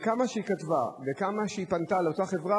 שכמה שהיא כתבה וכמה שהיא פנתה לאותה חברה,